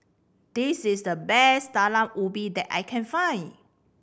this is the best Talam Ubi that I can find